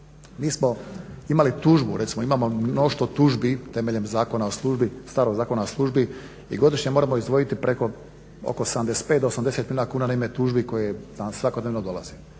Mi smo imali tužbu, recimo imamo mnoštvo tužbi temeljem starog Zakona o službi i godišnje moramo izdvojiti oko 75 do 80 milijuna kuna na ime tužbi koje nam svakodnevno dolaze